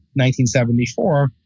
1974